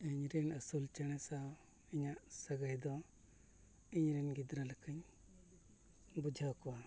ᱤᱧᱨᱮᱱ ᱟᱹᱥᱩᱞ ᱪᱮᱬᱮ ᱥᱟᱶ ᱤᱧᱟᱹᱜ ᱥᱟᱹᱜᱟᱹᱭ ᱫᱚ ᱤᱧᱨᱮᱱ ᱜᱤᱫᱽᱨᱟᱹ ᱞᱮᱠᱟᱧ ᱵᱩᱡᱷᱟᱹᱣ ᱠᱚᱣᱟ